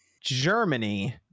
germany